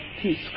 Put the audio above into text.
peace